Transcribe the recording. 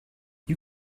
you